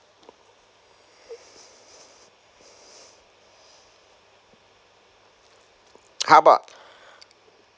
how about